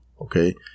Okay